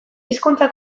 hizkuntza